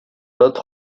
pat